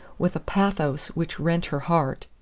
with a pathos which rent her heart.